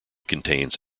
contains